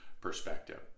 perspective